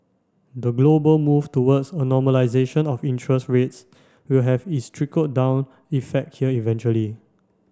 the global move towards a normalisation of interest rates will have its trickle down effect here eventually